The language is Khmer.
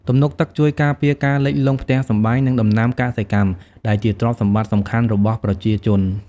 ទំនប់ទឹកជួយការពារការលិចលង់ផ្ទះសម្បែង និងដំណាំកសិកម្ម ដែលជាទ្រព្យសម្បត្តិសំខាន់របស់ប្រជាជន។